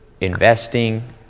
investing